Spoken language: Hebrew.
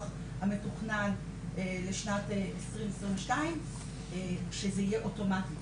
המתוכנן לשנת 2022 שזה יהיה אוטומטי.